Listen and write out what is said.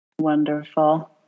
Wonderful